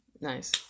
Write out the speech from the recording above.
Nice